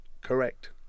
Correct